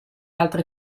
altre